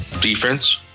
Defense